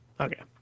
okay